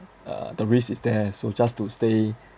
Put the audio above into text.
uh the risk is there so just to stay